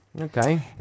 Okay